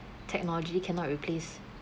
technology cannot replace